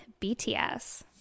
bts